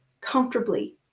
comfortably